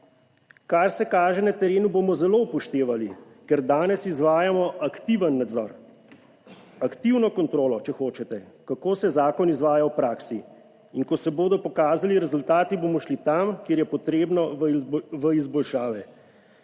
"Kar se kaže na terenu, bomo zelo upoštevali, ker danes izvajamo aktiven nadzor, aktivno kontrolo, če hočete, kako se zakon izvaja v praksi. In ko se bodo pokazali rezultati, bomo šli tam, kjer je potrebno, v izboljšave."